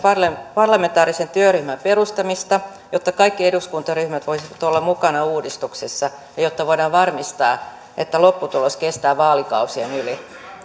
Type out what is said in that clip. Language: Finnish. parlamentaarisen työryhmän perustamista jotta kaikki eduskuntaryhmät voisivat olla mukana uudistuksessa ja jotta voidaan varmistaa että lopputulos kestää vaalikausien yli